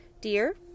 Dear